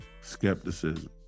skepticism